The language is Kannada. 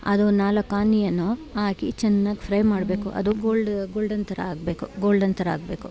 ಅದು ನಾಲ್ಕು ಆನಿಯನು ಹಾಕಿ ಚೆನ್ನಾಗಿ ಫ್ರೈ ಮಾಡಬೇಕು ಅದು ಗೋಲ್ಡ್ ಗೋಲ್ಡನ್ ಥರ ಆಗಬೇಕು ಗೋಲ್ಡನ್ ಥರ ಆಗಬೇಕು